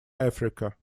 africa